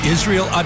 Israel